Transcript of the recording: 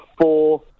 four